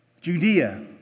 Judea